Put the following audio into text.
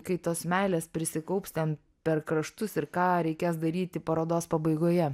kai tos meilės prisikaups ten per kraštus ir ką reikės daryti parodos pabaigoje